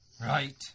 right